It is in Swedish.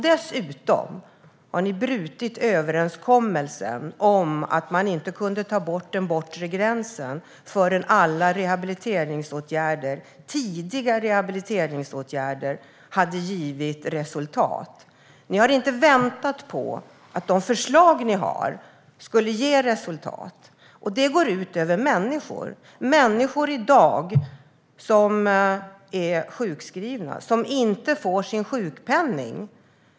Dessutom har ni brutit överenskommelsen om att inte ta bort den bortre gränsen förrän alla tidiga rehabiliteringsåtgärder har givit resultat. Ni har inte väntat på att de förslag ni har haft skulle ge resultat. Det går ut över de människor som i dag är sjukskrivna. De får inte sin sjukpenning.